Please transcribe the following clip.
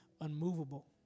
unmovable